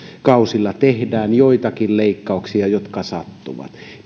tehdään joitakin leikkauksia jotka sattuvat